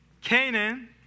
Canaan